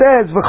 says